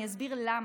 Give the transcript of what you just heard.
אני אסביר למה.